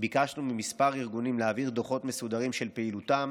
ביקשנו מכמה ארגונים להעביר דוחות מסודרים על פעילותם